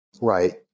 Right